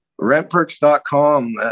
Rentperks.com